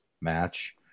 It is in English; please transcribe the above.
match